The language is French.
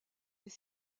est